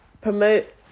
promote